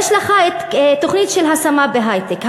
יש לך תוכניות של השמה בהיי-טק,